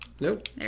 Nope